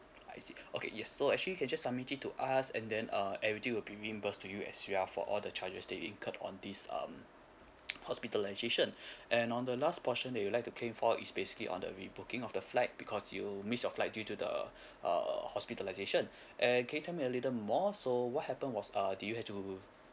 I see okay yes so actually you can just submit it to us and then uh everything will be reimbursed to you as well for all the charges that you incurred on this um hospitalization and on the last portion that you'd like to claim for is basically on the rebooking of the flight because you missed your flight due to the uh hospitalization and can you tell me a little more so what happen was err did you have to